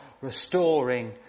restoring